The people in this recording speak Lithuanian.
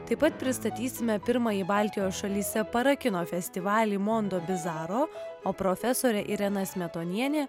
taip pat pristatysime pirmąjį baltijos šalyse parakino festivalį mondobizaro o profesorė irena smetonienė